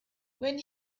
when